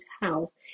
house